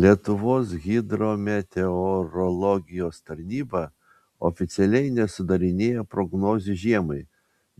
lietuvos hidrometeorologijos tarnyba oficialiai nesudarinėja prognozių žiemai